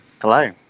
Hello